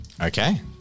Okay